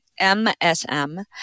MSM